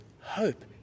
hope